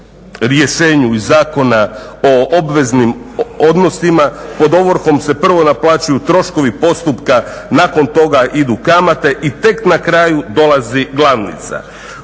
rješenju iz Zakona o obveznim odnosima pod ovrhom se prvo naplaćuju troškovi postupka, nakon toga idu kamate i tek na kraju dolazi glavnica.